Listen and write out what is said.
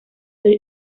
their